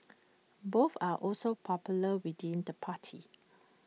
both are also popular within the party